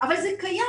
אבל זה קיים.